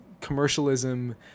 commercialism